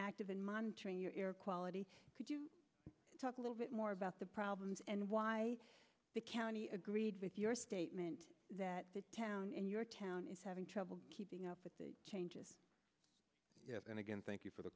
active in monterrey in your air quality could you talk a little bit more about the problems and why the county agreed with your statement that the town in your town is having trouble keeping up with the changes and again thank you for the